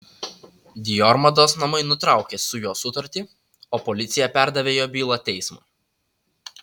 dior mados namai nutraukė su juo sutartį o policija perdavė jo bylą teismui